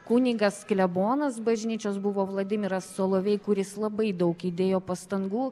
kunigas klebonas bažnyčios buvo vladimiras solovej kuris labai daug įdėjo pastangų